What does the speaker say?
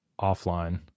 offline